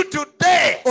today